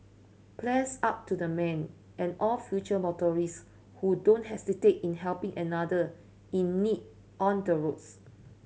bless up to the man and all future motorists who don't hesitate in helping another in need on the roads